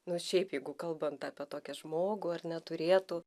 nu šiaip jeigu kalbant apie tokią žmogų ar ne turėtų